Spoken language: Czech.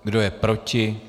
Kdo je proti?